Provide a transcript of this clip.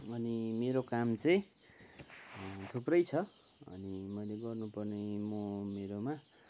अनि मेरो काम चाहिँ थुप्रै छ अनि मैले गर्नु पर्ने म मेरोमा